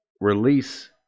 release